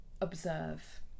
observe